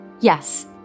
Yes